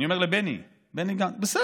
אני אומר לבני גנץ: בסדר.